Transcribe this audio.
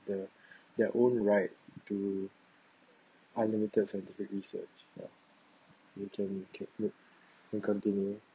the their own right to unlimited scientific research ya you can can continue